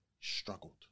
struggled